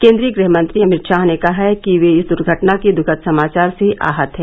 केन्द्रीय गृहमंत्री अमित शाह ने कहा है कि वे इस दुर्घटना के दुखद समाचार से आहत हैं